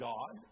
God